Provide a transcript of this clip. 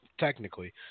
Technically